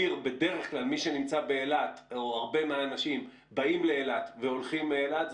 בדרך כלל מי שנמצא באילת או הרבה מהאנשים באים לאילת והולכים מאילת.